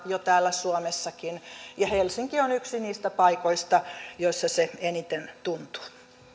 jo täällä suomessakin ja helsinki on yksi niistä paikoista joissa se eniten tuntuu